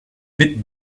bit